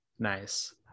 Nice